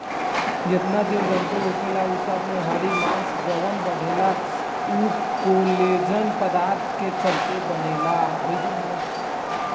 जेतना जीव जनतू होखेला उ सब में हड्डी चाहे मांस जवन बढ़ेला उ कोलेजन पदार्थ के चलते बढ़ेला